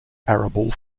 arable